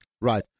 Right